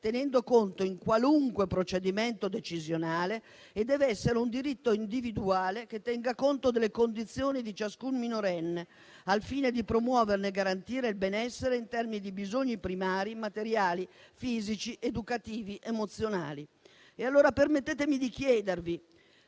tenendone conto in qualunque procedimento decisionale; deve, inoltre, essere un diritto individuale che tenga conto delle condizioni di ciascun minorenne al fine di promuoverne e garantire il benessere in termini di bisogni primari, materiali, fisici, educativi, emozionali. Permettetemi allora di chiedervi,